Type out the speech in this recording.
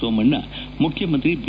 ಸೋಮಣ್ಣ ಮುಖ್ಣಮಂತ್ರಿ ಬಿ